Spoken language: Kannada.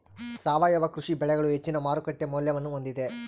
ಸಾವಯವ ಕೃಷಿ ಬೆಳೆಗಳು ಹೆಚ್ಚಿನ ಮಾರುಕಟ್ಟೆ ಮೌಲ್ಯವನ್ನ ಹೊಂದಿವೆ